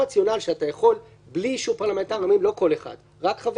שהייתה לפי מפלגות ואז באמת חבר